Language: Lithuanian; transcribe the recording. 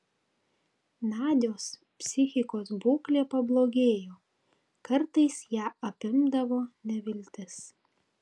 nadios psichikos būklė pablogėjo kartais ją apimdavo neviltis